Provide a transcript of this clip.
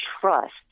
trust